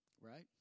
Right